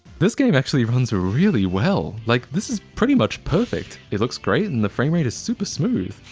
this game actually runs ah really well. like this is pretty much perfect. it looks great and the frame rate is super smooth.